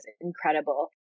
incredible